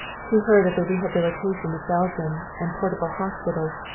she heard of the rehabilitation of belgium, and portable hospitals,